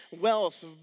wealth